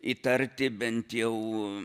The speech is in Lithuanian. įtarti bent jau